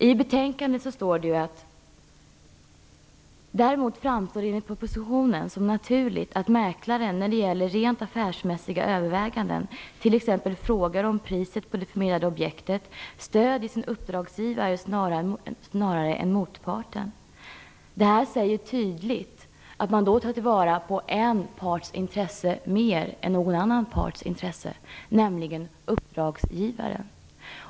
I betänkandet står det: Däremot framstår det enligt propositionen som naturligt att mäklaren när det gäller rent affärsmässiga överväganden t.ex. i frågor om priset på det förmedlade objektet stöder sin uppdragsgivare snarare än motparten. Detta säger tydligt att man mera tar till vara en parts intresse än någon annan parts intresse, nämligen uppdragsgivarens.